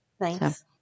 thanks